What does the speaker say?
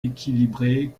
équilibré